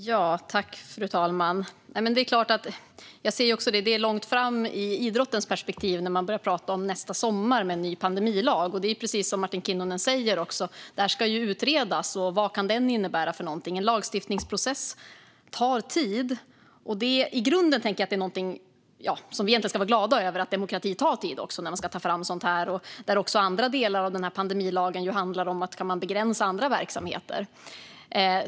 Fru talman! Det är klart att det ur idrottens perspektiv är långt fram när man börjar tala om en ny pandemilag nästa sommar. Precis som Martin Kinnunen säger ska det utredas vad denna lag kan innebära. En lagstiftningsprocess tar tid. I grunden tänker jag att vi egentligen ska vara glada över att demokrati tar tid när man ska ta fram sådant här. Andra delar av pandemilagen handlar om ifall man kan begränsa andra verksamheter.